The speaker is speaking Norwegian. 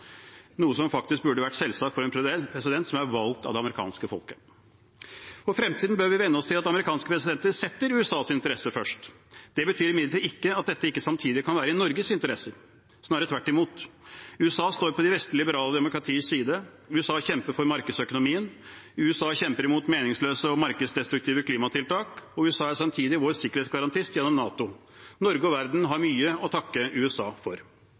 noe som faktisk burde ha vært selvsagt for en president som er valgt av det amerikanske folket. For fremtiden bør vi venne oss til at amerikanske presidenter setter USAs interesser først. Det betyr imidlertid ikke at dette ikke samtidig kan være i Norges interesse – snarere tvert imot. USA står på de vestlige liberale demokratiers side, USA kjemper for markedsøkonomien, USA kjemper mot meningsløse og markedsdestruktive klimatiltak, og USA er samtidig vår sikkerhetsgarantist gjennom NATO. Norge og verden har mye å takke USA for.